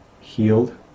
healed